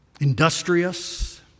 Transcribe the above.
industrious